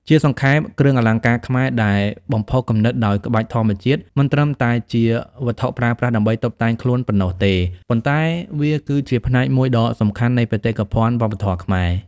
ជាសង្ខេប គ្រឿងអលង្ការខ្មែរដែលបំផុសគំនិតដោយក្បាច់ធម្មជាតិ មិនត្រឹមតែជាវត្ថុប្រើប្រាស់ដើម្បីតុបតែងខ្លួនប៉ុណ្ណោះទេ ប៉ុន្តែវាគឺជាផ្នែកមួយដ៏សំខាន់នៃបេតិកភណ្ឌវប្បធម៌ខ្មែរ។